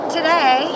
Today